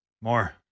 More